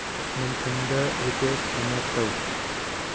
ꯃꯟꯊꯟꯗ request ꯑꯃ ꯇꯧ